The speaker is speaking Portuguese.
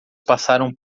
passaram